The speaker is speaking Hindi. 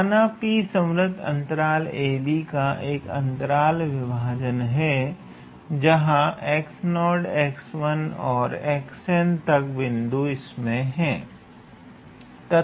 माना 𝑃 संवृत अंतराल 𝑎b का अंतराल विभाजन है जहां और तक बिन्दु इसमे हैं